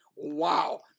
Wow